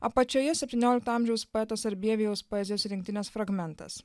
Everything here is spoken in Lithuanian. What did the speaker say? apačioje septyniolikto amžiaus poeto sarbievijaus poezijos rinktinės fragmentas